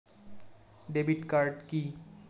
Debit card key?